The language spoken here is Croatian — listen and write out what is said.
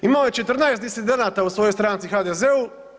Imao je 14 disidenata u svojoj stranci u HDZ-u.